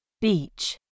Beach